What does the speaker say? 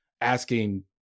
asking